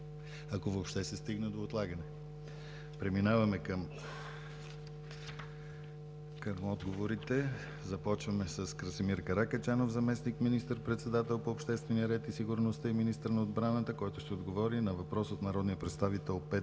ако въобще се стигне до отлагане. Преминаваме към отговорите. Започваме с Красимир Каракачанов – заместник министър-председател по обществения ред и сигурността и министър на отбраната, който ще отговори на въпрос от народния представител Петър